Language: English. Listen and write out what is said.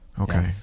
Okay